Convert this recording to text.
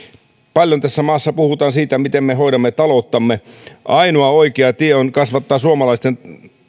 paljon tässä maassa puhutaan siitä miten me hoidamme talouttamme ainoa oikea tie on kasvattaa suomalaisten